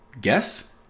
guess